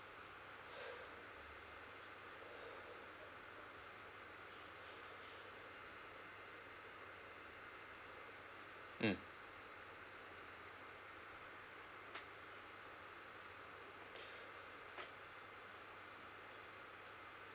mm